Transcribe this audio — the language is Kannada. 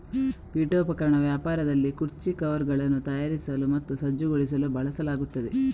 ಪೀಠೋಪಕರಣ ವ್ಯಾಪಾರದಲ್ಲಿ ಕುರ್ಚಿ ಕವರ್ಗಳನ್ನು ತಯಾರಿಸಲು ಮತ್ತು ಸಜ್ಜುಗೊಳಿಸಲು ಬಳಸಲಾಗುತ್ತದೆ